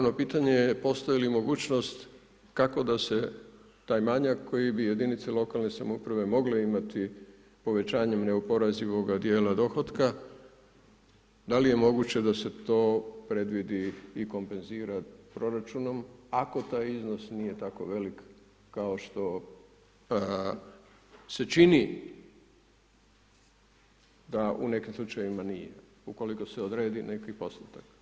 Ali s druge strane naravno pitanje je postoji li mogućnost kako da se taj manjak koji bi jedinice lokalne samouprave mogle imati povećanjem neoporezivog dijela dohotka, da li je moguće da se to predvidi i kompenzira proračunom ako taj iznos nije tako velik kao što se čini da u nekim slučajevima nije ukoliko se odredi neki postotak?